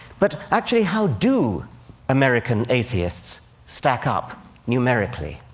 but actually, how do american atheists stack up numerically?